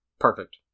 Perfect